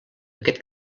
aquest